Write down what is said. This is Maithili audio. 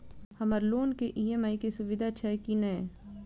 हम्मर लोन केँ ई.एम.आई केँ सुविधा छैय की नै?